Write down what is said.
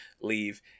leave